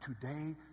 Today